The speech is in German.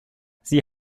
sie